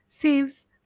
saves